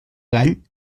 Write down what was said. gall